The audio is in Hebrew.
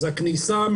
אז הכניסה,